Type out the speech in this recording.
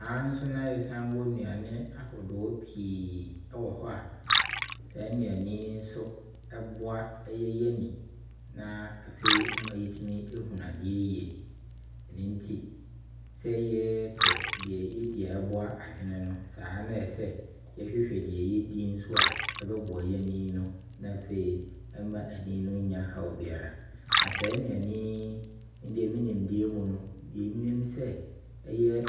Saa nso na yɛsane wɔ nnuane ahodoɔ pii wɔ hɔ a, saa nnuane yi nso boa y'ani. Na afei ɛma yɛhunu adeɛ yie. Ɛno nti, sɛ yɛpɛ deɛ yɛdi a ɛboa adwene no, saa na ɛsɛ sɛ yɛhwehwɛ deɛ yɛdi nso a ɛbɛboa y'ani no afei ɛmma ani no nya haw biara. Na saa nnuane yi no me deɛ, me nnimdeɛ mu no, deɛ nnim ne sɛ, ɛyɛ